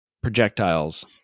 Projectiles